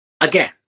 Again